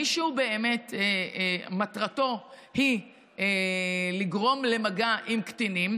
מישהו באמת מטרתו היא לגרום למגע עם קטינים,